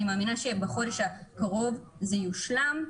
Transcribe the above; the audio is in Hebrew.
ואני מאמינה שבחודש הקרוב זה יושלם.